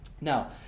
Now